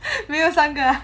没有三个 ah